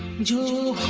dual